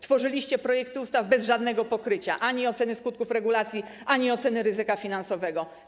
Tworzyliście projekty ustaw bez żadnego pokrycia - ani oceny skutków regulacji, ani oceny ryzyka finansowego.